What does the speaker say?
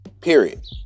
period